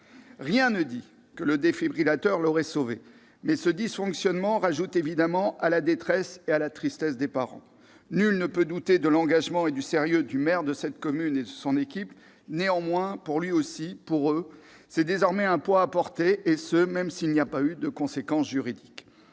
Rien ne dit que le défibrillateur l'aurait sauvé, mais ce dysfonctionnement ajoute évidemment à la détresse et à la tristesse des parents. Nul ne peut douter de l'engagement ni du sérieux du maire de cette commune et de son équipe, néanmoins, pour lui aussi, pour eux, c'est désormais un poids à porter, et ce même s'il n'y a pas eu de conséquences juridiques.